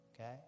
Okay